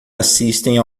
assistem